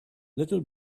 little